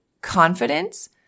confidence